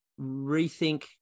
rethink